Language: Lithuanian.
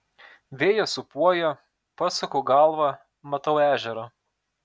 vėjas sūpuoja pasuku galvą matau ežerą